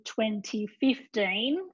2015